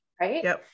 right